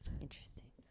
Interesting